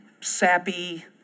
sappy